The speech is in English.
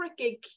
freaking